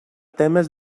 temes